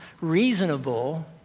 reasonable